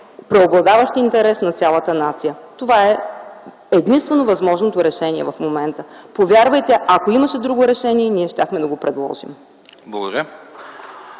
преобладаващ интерес на цялата нация. Това е единствено възможното решение в момента. Повярвайте, ако имаше друго решение, щяхме да го предложим. (Единични